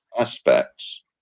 aspects